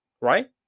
right